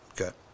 Okay